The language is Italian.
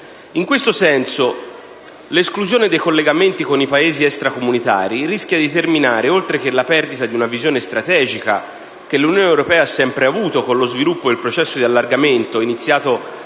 In questo senso l'esclusione dei collegamenti con i Paesi extracomunitari rischia di determinare, oltre che la perdita di una visione strategica che l'Unione europea ha sempre avuto, con lo sviluppo del processo di allargamento iniziato